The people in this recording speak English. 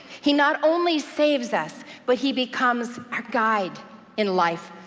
he not only saves us, but he becomes our guide in life,